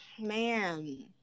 man